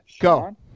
Go